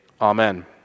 Amen